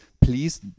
please